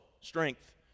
strength